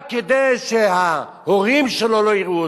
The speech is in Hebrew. רק כדי שההורים שלו לא יראו אותו,